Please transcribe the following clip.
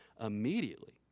immediately